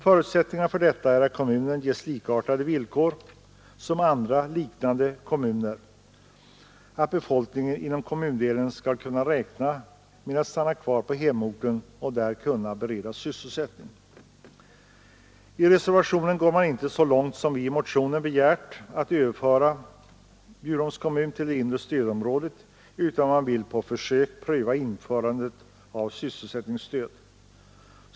Förutsättningarna för detta är att kommunen ges likartade villkor som andra liknande kommuner, så att befolkningen inom kommundelen skall kunna räkna med att stanna kvar på hemorten och där beredas sysselsättning. I reservationen går man inte så långt som vi i motionen begärt — att överföra Bjurholms kommun till det inre stödområdet — utan vill på försök pröva införandet av sysselsättningsstöd.